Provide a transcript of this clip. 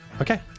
Okay